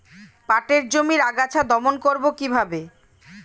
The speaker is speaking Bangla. পাটের জমির আগাছা দমন করবো কিভাবে?